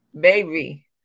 baby